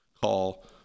call